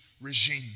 regime